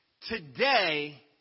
today